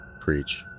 Preach